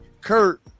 kurt